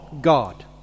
God